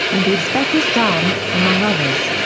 and uzbekistan, among others.